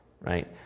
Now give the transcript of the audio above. right